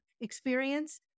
experience